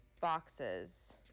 boxes